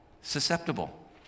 susceptible